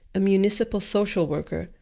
a municipal social worker,